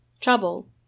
Trouble